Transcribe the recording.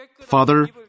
Father